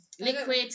liquid